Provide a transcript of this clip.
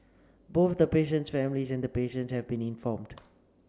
both the patient's family and the patient have been informed